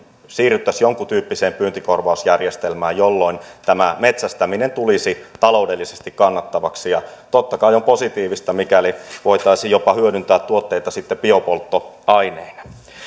siirryttäisiin jonkun tyyppiseen pyyntikorvausjärjestelmään jolloin tämä metsästäminen tulisi taloudellisesti kannattavaksi ja totta kai on positiivista mikäli voitaisiin jopa hyödyntää tuotteita sitten biopolttoaineina